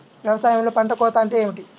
వ్యవసాయంలో పంట కోత అంటే ఏమిటి?